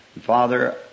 Father